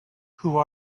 who